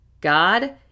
God